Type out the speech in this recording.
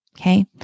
okay